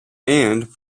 and